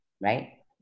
right